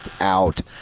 out